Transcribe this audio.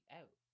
out